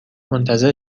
منتظر